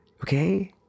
okay